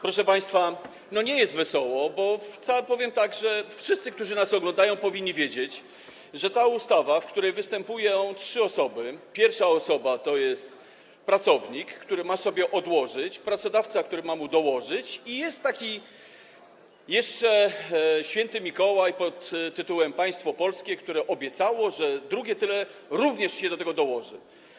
Proszę państwa, nie jest wesoło, bo powiem tak, że wszyscy, którzy nas oglądają, powinni wiedzieć, że w tej ustawie występują trzy osoby: pierwsza osoba to jest pracownik, który ma sobie odłożyć, pracodawca, który ma mu dołożyć i jest jeszcze taki św. Mikołaj pod tytułem państwo polskie, które obiecało, że drugie tyle do tego dołoży.